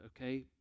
okay